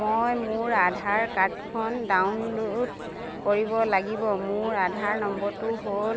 মই মোৰ আধাৰ কাৰ্ডখন ডাউনল'ড কৰিব লাগিব মোৰ আধাৰ নম্বৰটো হ'ল